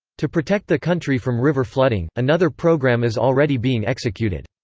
to protect the country from river flooding, another program is already being executed.